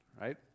right